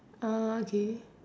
uh okay